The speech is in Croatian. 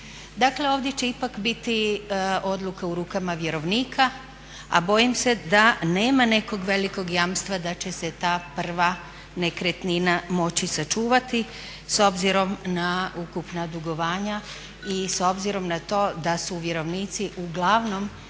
Dakle ovdje će ipak biti odluka u rukama vjerovnika, a bojim se da nema nekog velikog jamstva da će se ta prva nekretnina moći sačuvati s obzirom na ukupna dugovanja i s obzirom na to da su vjerovnici uglavnom